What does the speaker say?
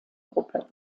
gruppe